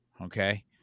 Okay